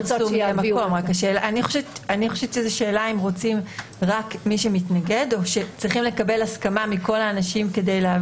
זאת שאלה אם רוצים רק מי שמתנגד או שצריכים לקבל הסכמה מכל האנשים.